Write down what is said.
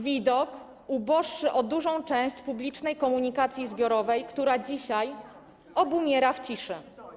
Widok uboższy o dużą część publicznej komunikacji zbiorowej, która dzisiaj obumiera w ciszy.